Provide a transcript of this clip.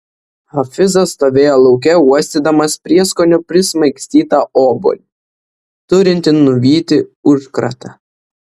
hafizas stovėjo lauke uostydamas prieskonių prismaigstytą obuolį turintį nuvyti užkratą